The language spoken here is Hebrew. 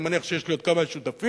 ואני מניח שיש לי עוד כמה שותפים,